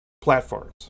platforms